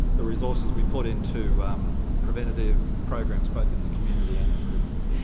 the resources we put into preventative programs both in the community and in prisons.